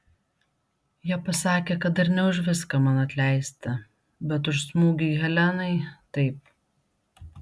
jie pasakė kad dar ne už viską man atleista bet už smūgį helenai taip